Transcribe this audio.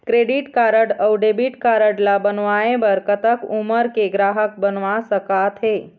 Credit card अऊ debit card ला बनवाए बर कतक उमर के ग्राहक बनवा सका थे?